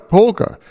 Polka